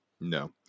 no